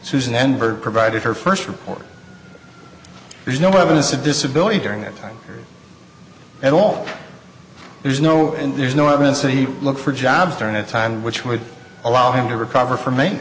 susan enberg provided her first report there's no evidence of disability during that time at all there's no and there's no evidence that he looked for jobs during that time which would allow him to recover from